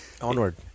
Onward